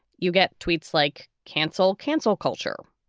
you get tweets like cancel, cancel culture.